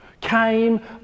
came